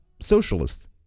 socialist